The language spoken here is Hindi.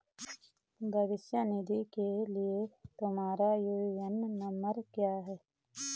भविष्य निधि के लिए तुम्हारा यू.ए.एन नंबर क्या है?